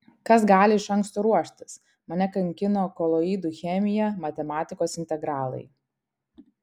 kas gali iš anksto ruoštis mane kankino koloidų chemija matematikos integralai